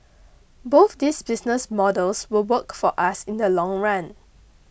both these business models will work for us in the long run